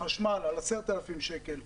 חשמל 10,000 שקלים,